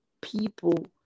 people